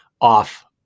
off